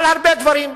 על הרבה דברים,